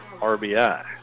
RBI